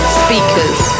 speakers